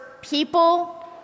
people